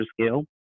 scale